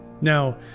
Now